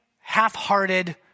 half-hearted